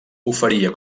oferia